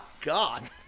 God